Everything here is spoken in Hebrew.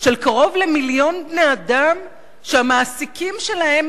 של קרוב למיליון בני-אדם שהמעסיקים שלהם